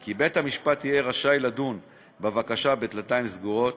כי בית-המשפט יהיה רשאי לדון בבקשה בדלתיים סגורות,